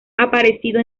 aparecido